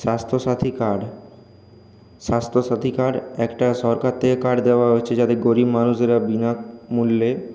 Swasthya Sathi card Swasthya Sathi card একটা সরকার থেকে কার্ড দেওয়া হচ্ছে যাতে গরিব মানুষরা বিনামূল্যে